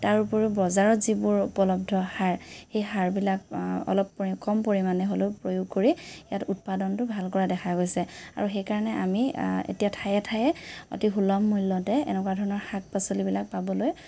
তাৰোপৰিও বজাৰত যিবোৰ উপলব্ধ সাৰ সেই সাৰবিলাক অলপ কৰি কম পৰিমাণে হ'লেও প্ৰয়োগ কৰি ইয়াত উৎপাদনটো ভাল কৰা দেখা গৈছে আৰু সেইকাৰণে আমি এতিয়া ঠায়ে ঠায়ে অতি সুলভ মূল্য়তে এনেকুৱা ধৰণৰ শাক পাচলিবিলাক পাবলৈ